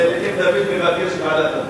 אם דוד מבקש, ועדת הפנים.